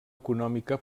econòmica